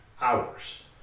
hours